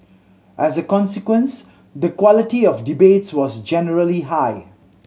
as a consequence the quality of debates was generally high